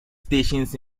stations